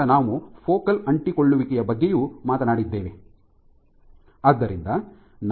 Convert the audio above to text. ನಂತರ ನಾವು ಫೋಕಲ್ ಅಂಟಿಕೊಳ್ಳುವಿಕೆಯ ಬಗ್ಗೆಯೂ ಮಾತನಾಡಿದ್ದೇವೆ